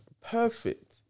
perfect